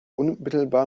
unmittelbar